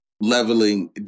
leveling